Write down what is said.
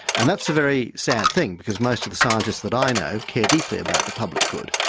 and that's a very sad thing, because most of the scientists that i know care deeply about the public good.